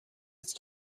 است